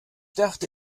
dachte